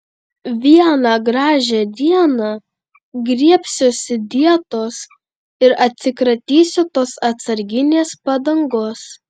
vieną gražią dieną griebsiuosi dietos ir atsikratysiu tos atsarginės padangos